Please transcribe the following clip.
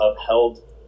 upheld